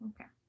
Okay